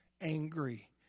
angry